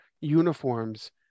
uniforms